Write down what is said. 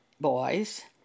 boys